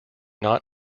not